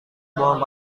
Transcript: bohong